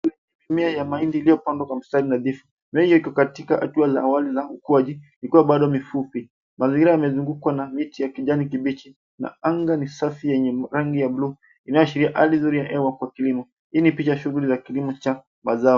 Mimea wa mahindi iliopandwa kwa mistari nadifu. Mimea iko katika hatua za awali za hukuaji ikuwa bado ni fupi. Mazingira yamezungukwa na miti ya kijani kibichi na angaa ni safi enye rangi ya bluu inaashiria ali nzuri ya hewa kwa kilimo inapicha shughuli za kilimo za mazao.